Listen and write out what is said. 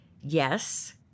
Yes